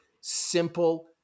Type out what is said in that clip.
simple